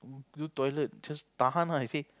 go go toilet just tahan he say